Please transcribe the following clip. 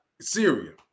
Syria